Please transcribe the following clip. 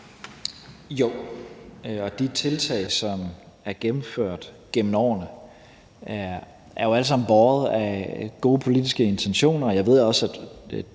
Jo, og de tiltag, som er gennemført gennem årene, er jo alle sammen båret af gode politiske intentioner,